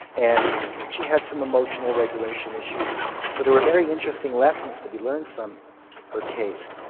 and she had some emotional regulation issues but there were very interesting lessons to be learned from her case.